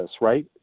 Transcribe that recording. right